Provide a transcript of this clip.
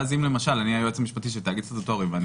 לכן אם אני היועץ המשפטי של תאגיד סטטוטורי ואני